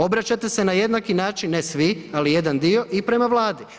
Obraćate se na jednaki način, ne svi ali jedan dio i prema Vladi.